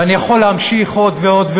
ואני יכול להמשיך עוד ועוד,